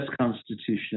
Constitution